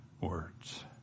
words